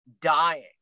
dying